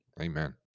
Amen